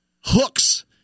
hooks